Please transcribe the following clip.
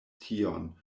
tion